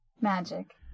Magic